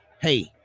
hey